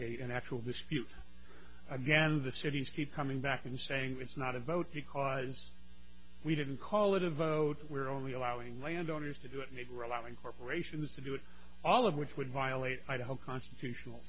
actual dispute again the cities keep coming back and saying it's not a vote because we didn't call it a vote we're only allowing landowners to do it maybe we're allowing corporations to do it all of which would violate idaho constitutional